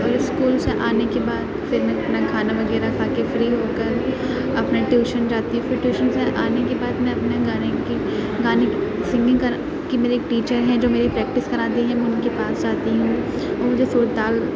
پھر اسکول سے آنے کے بعد پھر میں اپنا کھانا وغیرہ کھا کے فری ہو کر اپنے ٹیوشن جاتی ہوں پھر ٹیوشن سے آنے کے بعد میں اپنے گانے کی گانے سنگنگ کی میری ایک ٹیچر ہیں جو میری پریکٹس کراتی ہیں میں ان کے پاس جاتی ہوں وہ مجھے سر تال